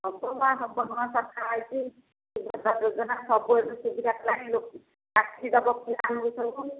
ହବ ବା ଶାଗ ଲୁଣ ଶସ୍ତା ହେଇଛି ସୁଭଦ୍ରା ଯୋଜନା ସବୁ ଏବେ ସୁବିଧା କଲାଣି ଚାକିରୀ ଦବ ପିଲାମାନଙ୍କୁ ସବୁ